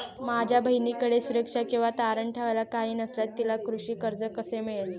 माझ्या बहिणीकडे सुरक्षा किंवा तारण ठेवायला काही नसल्यास तिला कृषी कर्ज कसे मिळेल?